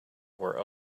were